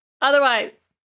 Otherwise